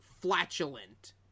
flatulent